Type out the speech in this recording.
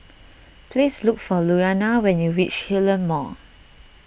please look for Louanna when you reach Hillion Mall